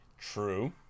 True